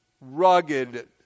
rugged